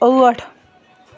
ٲٹھ